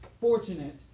fortunate